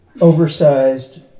oversized